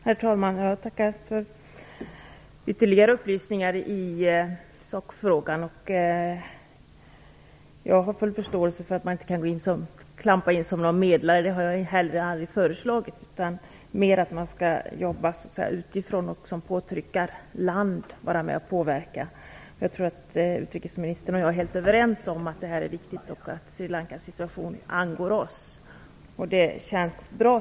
Herr talman! Jag tackar för de ytterligare upplysningar jag fått i sakfrågan. Jag har full förståelse för att man inte kan klampa in som medlare; det har jag heller aldrig föreslagit, däremot att man skall jobba utifrån och som påtryckarland vara med och påverka. Jag tror att utrikesministern och jag är helt överens om att detta är viktigt och att Sri Lankas situation angår oss, och det känns bra.